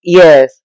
yes